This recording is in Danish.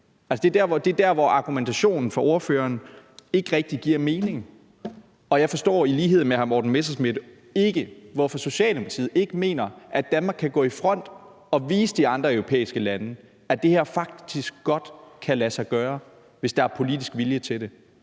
Det er der, hvor argumentationen fra ordføreren ikke rigtig giver mening. Og jeg forstår i lighed med hr. Morten Messerschmidt ikke, hvorfor Socialdemokratiet ikke mener, at Danmark kan gå i front og vise de andre europæiske lande, at det her faktisk godt kan lade sig gøre, hvis der er politisk vilje til det.